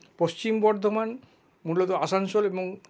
পশ্চিম বর্ধমান মূলত আসানসোল এবং